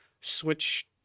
switch